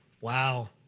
Wow